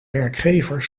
werkgever